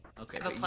okay